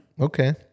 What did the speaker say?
okay